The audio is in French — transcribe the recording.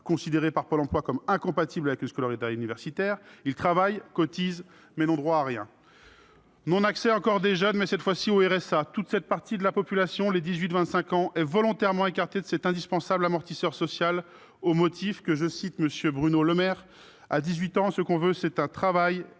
considérée par Pôle emploi comme incompatible avec une scolarité universitaire. Ils travaillent, cotisent, mais n'ont droit à rien. Les jeunes n'ont pas plus accès au RSA. Toute cette partie de la population, soit les 18-25 ans, est volontairement écartée de cet indispensable amortisseur social au motif que, selon M. Bruno Le Maire, « à 18 ans, ce qu'on veut, c'est un travail, et